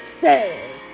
says